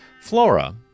Flora